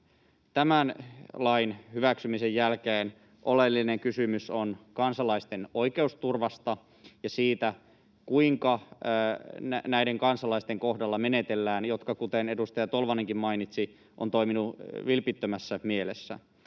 tämän lain hyväksymisen jälkeen oleellinen kysymys tässä on kansalaisten oikeusturva ja se, kuinka näiden kansalaisten kohdalla menetellään, jotka, kuten edustaja Tolvanenkin mainitsi, ovat toimineet vilpittömässä mielessä.